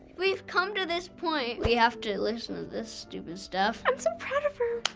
we've come to this point. we have to listen to this stupid stuff. i'm so proud of her!